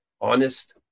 honest